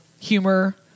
humor